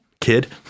kid